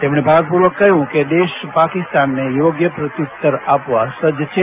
તેમણે ભારપૂર્વક કહ્યું કે દેશ પાકિસ્તાનને યોગ્ય પ્રત્યુત્તર આપવા સજ્જ છે